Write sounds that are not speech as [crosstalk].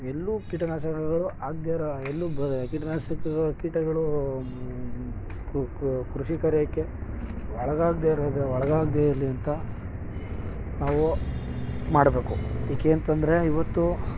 ಎಲ್ಲೂ ಕೀಟನಾಶಕಗಳು ಆಗದೇ ಇರೋ ಎಲ್ಲೂ ಬರೀ ಕೀಟನಾಶಕಗ ಕೀಟಗಳು ಕೃಷಿಕರಿಕೆ ಒಳಗಾಗದೇ ಇರೋ [unintelligible] ಒಳಗಾಗದೇ ಇರಲಿ ಅಂತ ನಾವು ಮಾಡಬೇಕು ಏಕೆ ಅಂತಂದರೆ ಇವತ್ತು